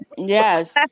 Yes